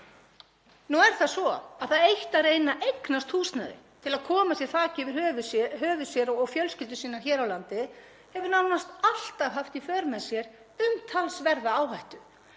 Nú er það svo að það eitt að reyna að eignast húsnæði til að koma þaki yfir höfuð sér og fjölskyldu sinni hér á landi hefur nánast alltaf haft í för með sér umtalsverða áhættu.